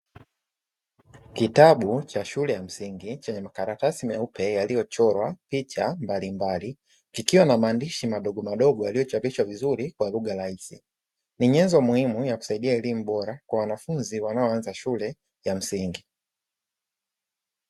Kitabu cha shule ya msingi chenye makaratasi meeupe yaliyochorwa picha mbalimbali, kikiwa na maandishi madogomadogo yaliyochapishwa vizuri kwa lugha rahisi. Ni nyenzo muhimu ya kusaidia elimu bora kwa wanafunzi wanaoanza elimu ya shule ya msingi.